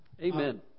Amen